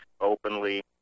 openly